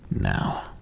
Now